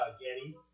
Getty